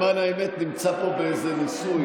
אני, למען האמת, נמצא פה באיזה ניסוי.